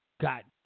got